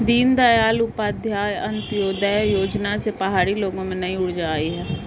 दीनदयाल उपाध्याय अंत्योदय योजना से पहाड़ी लोगों में नई ऊर्जा आई है